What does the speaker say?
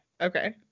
Okay